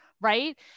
right